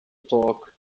talk